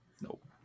nope